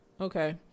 Okay